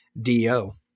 D-O